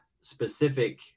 specific